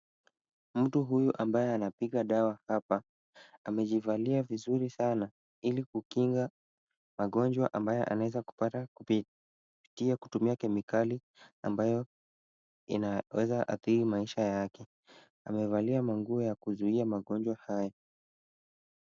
Mtu huyu ambaye anapiga dawa hapa amejivalia vizuri sana ili kukinga magonjwa ambayo anaweza kupata kupitia kutumia kemikali ambayo inaweza athiri maisha yake. Amevalia manguo ya kuzuia magonjwa haya.